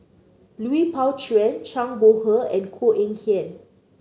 Lui Pao Chuen Zhang Bohe and Koh Eng Kian